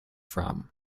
from